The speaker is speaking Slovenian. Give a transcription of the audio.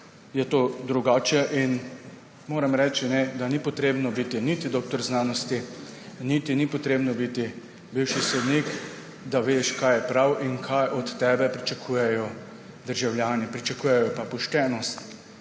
je to drugače in moram reči, da ni potrebno biti niti doktor znanosti niti bivši sodnik, da veš, kaj je prav in kaj od tebe pričakujejo državljani. Pričakujejo poštenost,